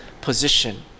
position